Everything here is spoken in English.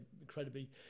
incredibly